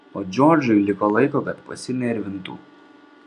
o džordžui liko laiko kad pasinervintų